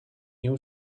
new